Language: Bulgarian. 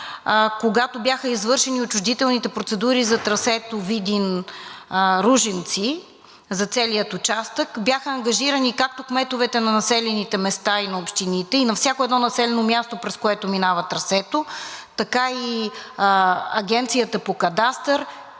Когато бяха извършени отчуждителните процедури за трасето Видин – Ружинци за целия участък, бяха ангажирани както кметовете на населените места и на общините, и на всяко едно населено място, през което минава трасето, така и Агенцията по кадастър,